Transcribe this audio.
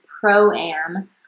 pro-am